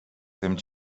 тим